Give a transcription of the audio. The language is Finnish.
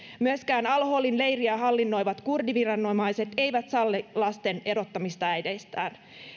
myöskään al holin leiriä hallinnoivat kurdiviranomaiset eivät salli lasten erottamista äideistään